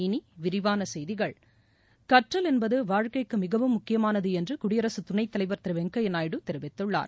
இனி விரிவான செய்திகள் கற்றல் என்பது வாழ்க்கைக்கு மிகவும் முக்கியமானது என்று குடியரசு துணைத்தலைவர் திரு வெங்கையா நாயுடு தெரிவித்துள்ளார்